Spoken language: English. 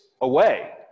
away